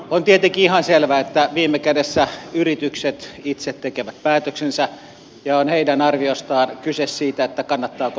on tietenkin ihan selvää että viime kädessä yritykset itse tekevät päätöksensä ja on heidän arviostaan kyse siitä että kannattaako suomeen investoida